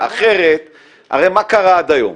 הרי מה קרה עד היום?